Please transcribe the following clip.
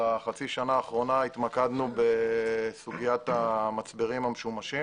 בחצי השנה האחרונה התמקדנו בסוגיית המצברים המשומשים